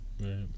right